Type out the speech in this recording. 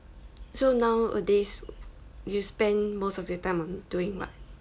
so nowadays you spend most of your time on doing what